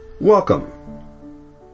Welcome